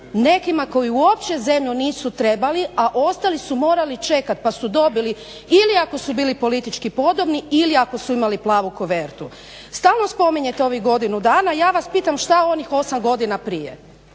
nekima koji uopće zemlju nisu trebali, a ostali su morali čekati pa su dobili ili ako su bili politički podobni ili ako su imali plavu kovertu. Stalno spominjete ovih godinu dana, ja vas pitam što je s onih 8 godina prije?